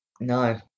no